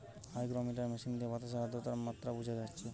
hygrometer machine দিয়ে বাতাসের আদ্রতার মাত্রা বুঝা যাচ্ছে